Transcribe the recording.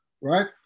right